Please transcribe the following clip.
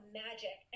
magic